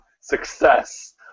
Success